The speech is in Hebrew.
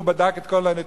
שהוא בדק את כל הנתונים,